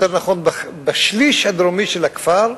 יותר נכון, בשליש הדרומי של הכפר,